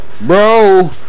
Bro